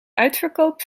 uitverkoop